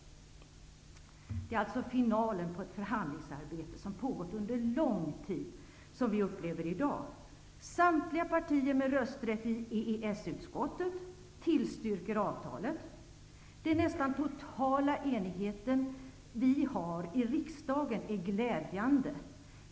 Det är alltså finalen på ett förhandlingsarbete som har pågått under lång tid som vi upplever i dag. Samtliga partier med rösträtt i EES-utskottet tillstyrker avtalet. Den nästan totala enigheten här i riksdagen är glädjande.